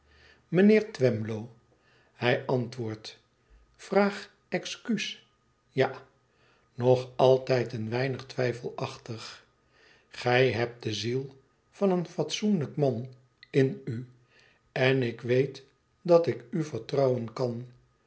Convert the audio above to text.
mijnheer twemlow hij antwoordt vraag excuus ja nog altijd een weinig twijfelachtig gij hebt de ziel van een fatsoenlijk man in u en ik weet dat ik u vertrouwen kan